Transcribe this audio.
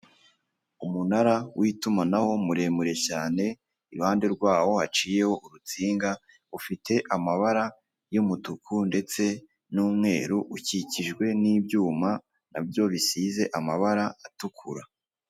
Umunara w'itumanaho muremure cyane, iruhande rwawo haciyeho urutsinga, ufite amabara y'umutuku ndetse n'umweru ukikijwe n'ibyuma na byo bisize amabara atukura.